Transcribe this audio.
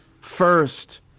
first